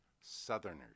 Southerners